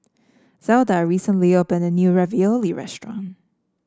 Zelda recently opened a new Ravioli restaurant